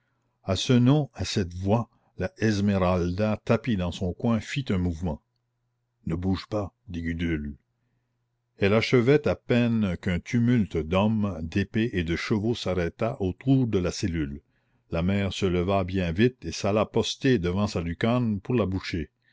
à ce nom à cette voix la esmeralda tapie dans son coin fit un mouvement ne bouge pas dit gudule elle achevait à peine qu'un tumulte d'hommes d'épées et de chevaux s'arrêta autour de la cellule la mère se leva bien vite et s'alla poster devant sa lucarne pour la boucher